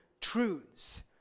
truths